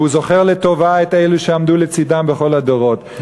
והוא זוכר לטובה את אלו שעמדו לצדו בכל הדורות,